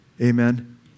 Amen